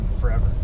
Forever